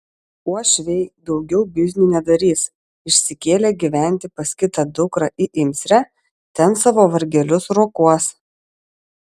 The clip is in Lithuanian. uošviai daugiau biznių nedarys išsikėlė gyventi pas kitą dukrą į imsrę ten savo vargelius rokuos